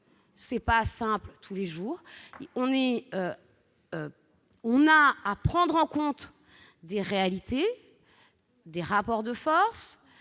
ce n'est pas simple tous les jours. Il faut prendre en compte des réalités, des rapports de force,